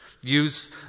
Use